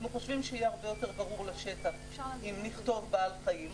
אנחנו חושבים שיהיה הרבה יותר ברור לשטח אם נכתוב "בעל חיים".